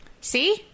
See